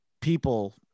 people